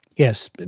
yes,